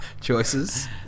choices